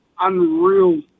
unreal